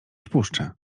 wpuszczę